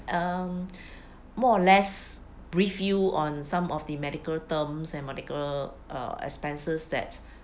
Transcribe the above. um more or less review on some of the medical terms and medical uh expenses that